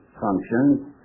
functions